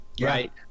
right